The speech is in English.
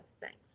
Thanks